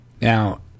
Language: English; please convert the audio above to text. Now